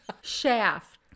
Shaft